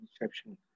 inception